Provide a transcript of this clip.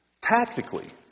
tactically